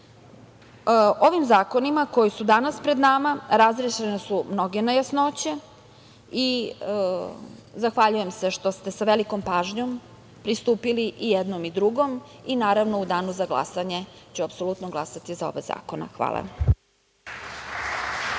zakonima koji su danas pred nama razrešene su mnoge nejasnoće i zahvaljujem se što ste sa velikom pažnjom pristupili i jednom i drugom i, naravno, u danu za glasanje ću apsolutno glasati za oba zakona. Hvala.